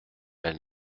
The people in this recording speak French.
elle